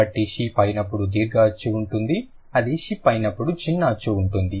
కాబట్టి షీప్ అయినప్పుడు దీర్ఘ అచ్చు ఉంటుంది అది షిప్ అయినప్పుడు చిన్న అచ్చు ఉంటుంది